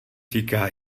týká